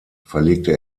verlegte